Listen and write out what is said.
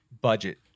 budget